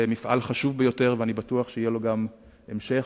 מפעל חשוב ביותר ואני בטוח שיהיה לו גם המשך,